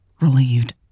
relieved